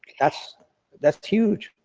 that's that's huge.